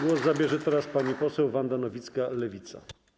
Głos zabierze teraz pani poseł Wanda Nowicka, Lewica.